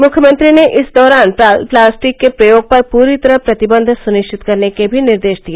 मुख्यमंत्री ने इस दौरान प्लास्टिक के प्रयोग पर पूरी तरह प्रतिबंध सुनिश्चित करने के भी निर्देश दिए